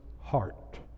heart